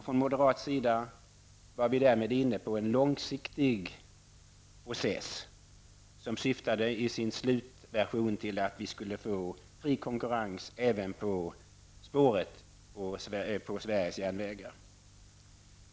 Från moderat sida var vi därmed inne på en långsiktig process, som i sin slutversion syftade till att skapa fri konkurrens även på Sveriges järnvägar.